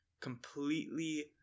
completely